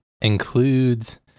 includes